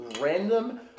random